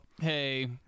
hey